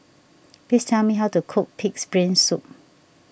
please tell me how to cook Pig's Brain Soup